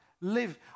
live